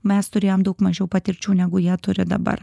mes turėjom daug mažiau patirčių negu jie turi dabar